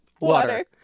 Water